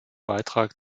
beitrag